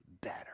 better